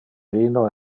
vino